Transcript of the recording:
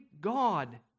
God